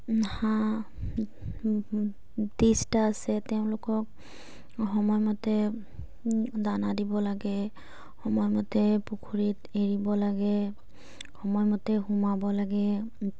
হাঁহ ত্ৰিছটা আছে তেওঁলোকক সময়মতে দানা দিব লাগে সময়মতে পুখুৰীত এৰিব লাগে সময়মতে সোমাব লাগে